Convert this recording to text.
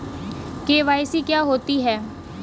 KYC क्या होता है?